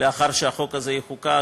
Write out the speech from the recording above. לאחר שהחוק הזה יחוקק,